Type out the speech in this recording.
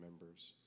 members